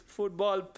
Football